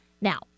Now